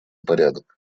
порядок